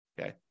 Okay